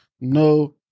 no